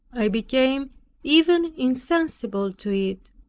i became even insensible to it,